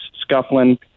scuffling